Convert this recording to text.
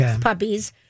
puppies